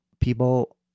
people